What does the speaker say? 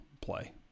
play